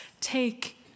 take